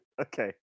Okay